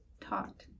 taught